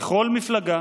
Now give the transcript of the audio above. וכל מפלגה